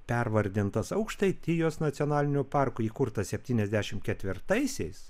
pervardintas aukštaitijos nacionaliniu parku įkurtas septyniasdešimt ketvirtaisiais